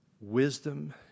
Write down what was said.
wisdom